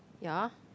ya